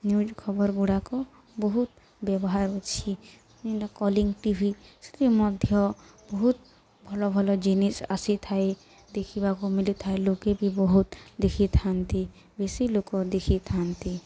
news ଖବର ଗୁଡ଼ାକ ବହୁତ ବ୍ୟବହାର ଅଛି କଲିଙ୍ଗ୍ ଟିଭି ସେଥିରେ ମଧ୍ୟ ବହୁତ ଭଲ ଭଲ ଜିନିଷ ଆସିଥାଏ ଦେଖିବାକୁ ମିଲିଥାଏ ଲୋକେ ବି ବହୁତ ଦେଖିଥାନ୍ତି ବେଶୀ ଲୋକ ଦେଖିଥାନ୍ତି